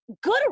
good